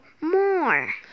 more